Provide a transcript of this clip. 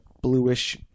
bluish